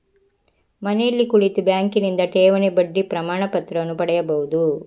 ಮನೆಯಲ್ಲಿ ಕುಳಿತು ಬ್ಯಾಂಕಿನಿಂದ ಠೇವಣಿ ಬಡ್ಡಿ ಪ್ರಮಾಣಪತ್ರವನ್ನು ಪಡೆಯಬಹುದು